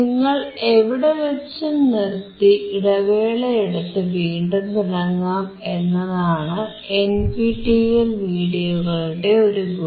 നിങ്ങൾ എവിടെവച്ചും നിർത്തി ഇടവേളയെടുത്ത് വീണ്ടും തുടങ്ങാം എന്നതാണ് എൻപിടിഇഎൽ വീഡിയോകളുടെ ഒരു ഗുണം